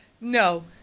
No